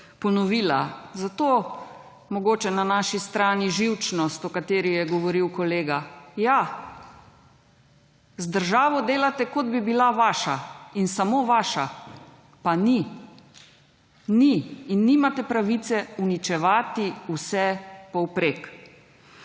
ponovila. Zato mogoče na naši strani živčnost, o kateri je govoril kolega. Ja, z državo delate kot bi bila vaša in samo vaša. Pa ni. Ni in nimate pravice uničevati vsepovprek.